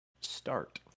Start